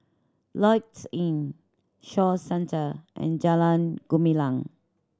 Lloyds Inn Shaw Centre and Jalan Gumilang